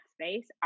space